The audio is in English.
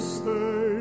stay